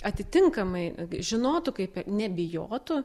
atitinkamai žinotų kaip nebijotų